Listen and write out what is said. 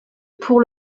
pour